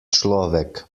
človek